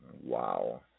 Wow